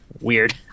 weird